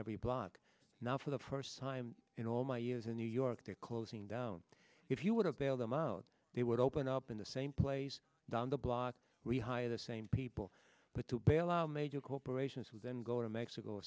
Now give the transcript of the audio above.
every block now for the first time in all my years in new york they're closing down if you would have bailed them out they would open up in the same place down the block we hire the same people but to bail out major corporations and then go to mexico